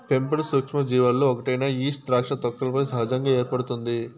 పెంపుడు సూక్ష్మజీవులలో ఒకటైన ఈస్ట్ ద్రాక్ష తొక్కలపై సహజంగా ఏర్పడుతుంది